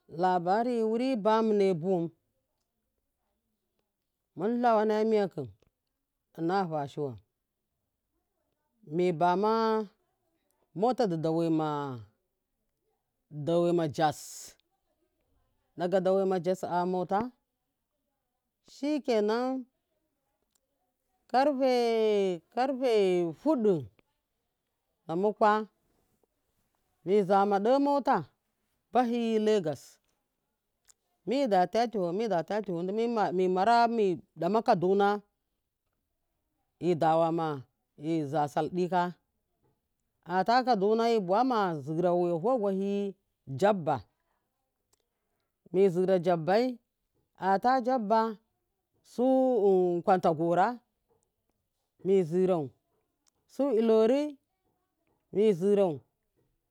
Labari wari bamune bun un mun na manrya kum inavashiwamn mtama motadi dawaima jas daga dawanira jas a mota shikenam karfe karfe fuɗu namukwa mizama ɗe motu bahi lagos midu ta tiva mi mora mi ɗama kaduna mida wama miza sal ika ata kadduna mi buwa ma zira wuya vuwa gwahin jabba mu ztralgbba ata jabba su kwanta gorai’ mi zirau su ilori’ mizirau.